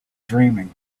dreaming